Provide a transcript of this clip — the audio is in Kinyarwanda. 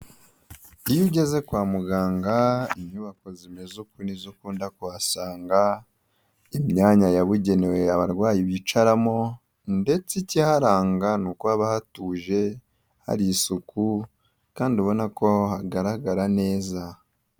Iyo ugeze kwa muganga inyubako zimeze uku nizo ukunda kuhasanga, imyanya yabugenewe abarwayi bicaramo ndetse iki hanga ni uko haba hatuje hari isuku kandi ubona ko hagaragara neza.